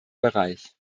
bereich